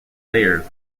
layers